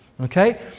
Okay